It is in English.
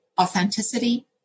Authenticity